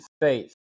Faith